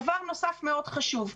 דבר נוסף מאוד חשוב: